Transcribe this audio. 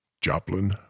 Joplin